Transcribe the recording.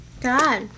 God